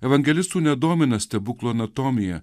evangelistų nedomina stebuklo anatomija